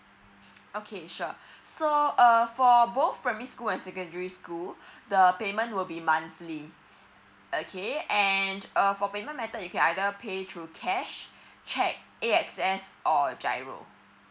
okay sure so uh for both primary school and secondary school the payment will be monthly okay and uh for payment method you can either pay through cash cheque A_X_S or giro